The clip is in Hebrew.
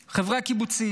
חברי הקיבוצים,